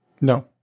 No